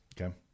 Okay